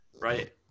right